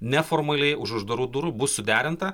neformaliai už uždarų durų bus suderinta